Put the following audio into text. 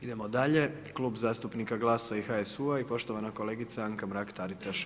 Idemo dalje, Klub zastupnika GLAS-a i HSU-a i poštovana kolegica Anka Mrak-Taritaš.